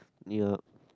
ya